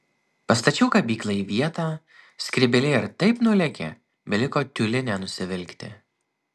pastačiau kabyklą į vietą skrybėlė ir taip nulėkė beliko tiulinę nusivilkti